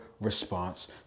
response